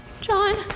John